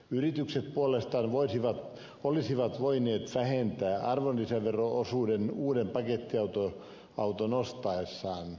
yritykset puolestaan olisivat voineet vähentää arvonlisä vero osuuden uuden pakettiauton ostaessaan